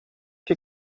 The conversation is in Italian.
che